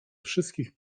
wszystkich